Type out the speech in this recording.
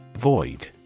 Void